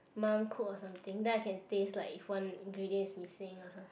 mum cook or something then I can taste like if one ingredient is missing or something